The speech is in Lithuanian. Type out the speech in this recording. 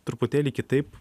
truputėlį kitaip